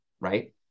right